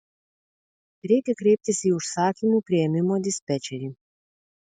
reikia kreiptis į užsakymų priėmimo dispečerį